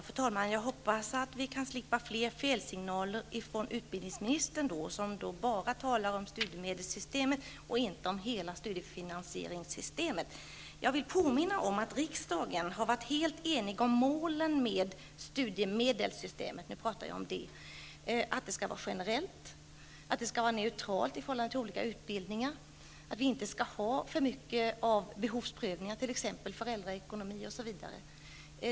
Fru talman! Jag hoppas att vi skall slippa flera felsignaler från utbildningsministern, som bara talar om studiemedelsystemet och inte om hela studiefinansieringssystemet. Jag vill påminna om att riksdagen var helt enig om målet med studiemedelssystemet. Det skall vara generellt. Det skall vara neutralt i förhållande till olika utbildningar och inte ha för mycket av behovsprövningar, t.ex. beträffande föräldrarnas ekonomi.